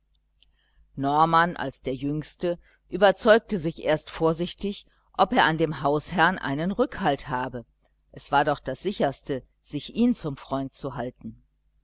norman als der jüngste überzeugte sich erst vorsichtig ob er an dem hausherrn einen rückhalt habe es war doch das sicherste sich ihn zum freund zu halten